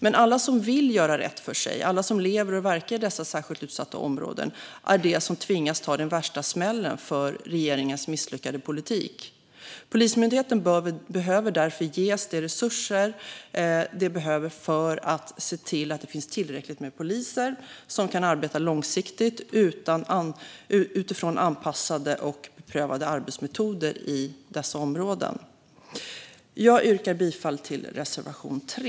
Men alla som vill göra rätt för sig och som lever och verkar i dessa särskilt utsatta områden är de som tvingas ta den värsta smällen för regeringens misslyckade politik. Polismyndigheten behöver därför ges de resurser som den behöver för att se till att det finns tillräckligt med poliser som kan arbeta långsiktigt utifrån anpassade och beprövade arbetsmetoder i dessa områden. Jag yrkar bifall till reservation 3.